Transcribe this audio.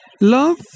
love